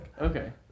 Okay